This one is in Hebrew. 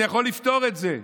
זה יכול לפתור את זה,